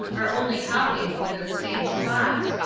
are only hopping over the same spots,